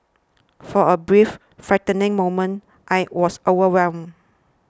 for a brief frightening moment I was overwhelmed